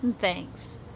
Thanks